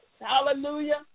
Hallelujah